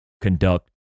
conduct